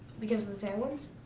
because of the tailwinds.